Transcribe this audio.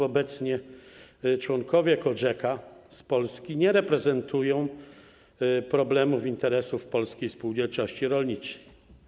Obecnie członkowie COGECA z Polski nie reprezentują problemów, interesów polskiej spółdzielczości rolniczej.